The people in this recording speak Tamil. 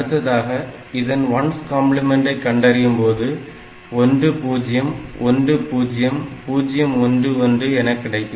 அடுத்ததாக இதன் 1's கம்பிளிமெண்டை கண்டறியும்போது 1010011 என கிடைக்கும்